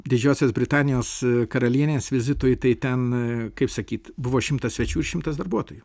didžiosios britanijos karalienės vizitui tai ten kaip sakyt buvo šimtas svečių šimtas darbuotojų